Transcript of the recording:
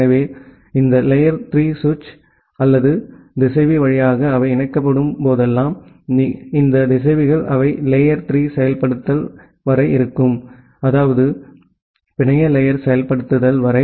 எனவே இந்த லேயர் 3 சுவிட்ச் அல்லது திசைவி வழியாக அவை இணைக்கப்படும் போதெல்லாம் இந்த திசைவிகள் அவை லேயர் 3 செயல்படுத்தல் வரை இருக்கும் அதாவது பிணைய லேயர் செயல்படுத்தல் வரை